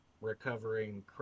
recovering